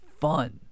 fun